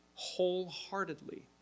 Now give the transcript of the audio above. wholeheartedly